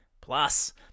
Plus